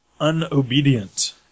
unobedient